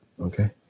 Okay